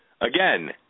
Again